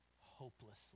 hopelessly